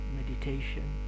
meditation